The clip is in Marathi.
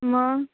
मग